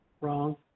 Wrong